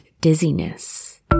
dizziness